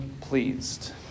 pleased